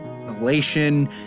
elation